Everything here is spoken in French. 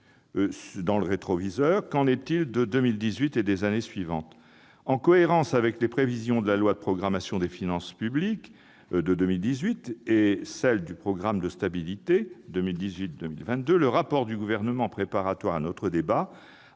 dans le rétroviseur, qu'en est-il de 2018 et des années suivantes ?